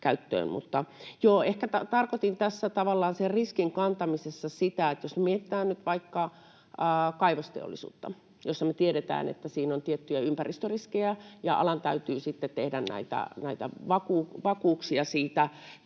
Ehkä tarkoitin tässä tavallaan riskin kantamisessa sitä, että jos mietitään nyt vaikka kaivosteollisuutta, josta me tiedetään, että siinä on tiettyjä ympäristöriskejä, niin alan täytyy sitten tehdä vakuuksia siitä.